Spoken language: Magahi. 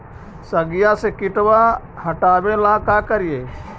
सगिया से किटवा हाटाबेला का कारिये?